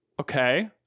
Okay